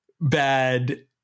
bad